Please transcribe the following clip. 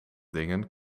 dingen